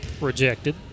rejected